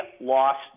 lost